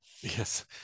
Yes